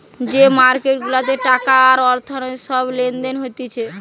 যে মার্কেট গুলাতে টাকা আর অর্থায়ন সব লেনদেন হতিছে